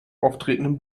auftretenden